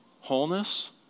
wholeness